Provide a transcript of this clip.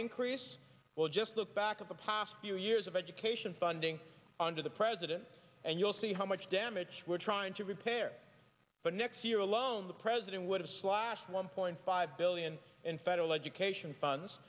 increase well just look back at the past few years of education funding under the president and you'll see how much damage we're trying to repair but next year alone the president would have slashed one point five billion in federal education funds